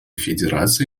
федерация